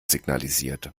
signalisiert